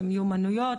מיומנויות,